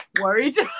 Worried